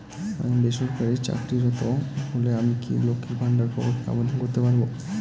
আমি বেসরকারি চাকরিরত হলে আমি কি লক্ষীর ভান্ডার প্রকল্পে আবেদন করতে পারব?